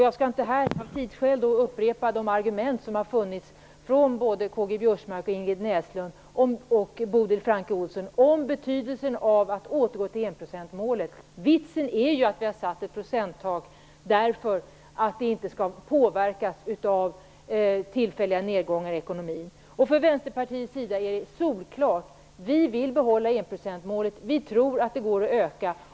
Jag skall av tidsskäl inte upprepa de argument som förts fram av K-G Biörsmark, Ingrid Näslund och Bodil Francke Ohlsson om betydelsen av att återgå till enprocentsmålet. Vitsen med att vi har satt ett procenttak är ju att det inte skall påverkas av tillfälliga nedgångar i ekonomin. För Vänsterpartiet är det solklart, vi vill behålla enprocentsmålet. Vi tror att det går att öka.